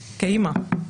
כאימא.